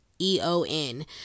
e-o-n